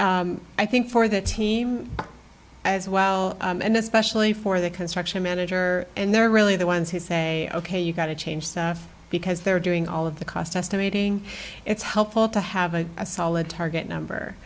number i think for that team as well and especially for the construction manager and they're really the ones who say ok you've got to change because they're doing all of the cost estimating it's helpful to have a solid target number